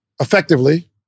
effectively